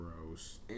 Gross